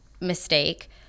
mistake